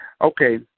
Okay